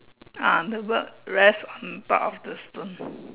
uh the bird rest on top of the stone